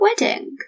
Wedding